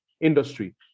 industry